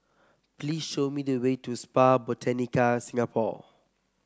please show me the way to Spa Botanica Singapore